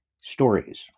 stories